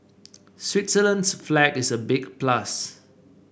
Switzerland's flag is a big plus